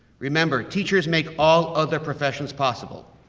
remember, teachers make all other professions possible.